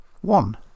One